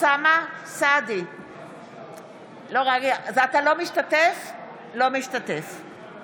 לא משתתף חוה